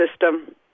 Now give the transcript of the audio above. system